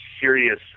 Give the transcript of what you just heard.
serious